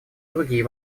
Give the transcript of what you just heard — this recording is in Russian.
другие